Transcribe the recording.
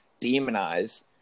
demonize